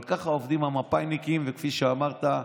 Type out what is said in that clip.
אבל ככה עובדים המפא"יניקים, וכפי שאמרת,